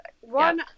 one